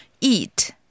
Eat